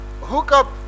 Hookup